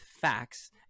facts